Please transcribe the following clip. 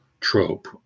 trope